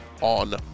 on